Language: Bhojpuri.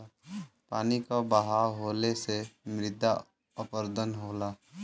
पानी क बहाव होले से मृदा अपरदन होला